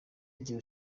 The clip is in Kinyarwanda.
igihe